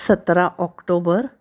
सतरा ऑक्टोबर